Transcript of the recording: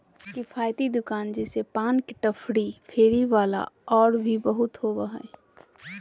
किफ़ायती दुकान जैसे पान के टपरी, फेरी वाला और भी बहुत होबा हइ